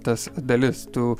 tas dalis tu